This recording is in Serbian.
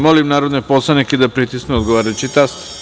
Molim narodne poslanike da pritisnu odgovarajući taster.